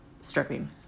stripping